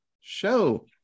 show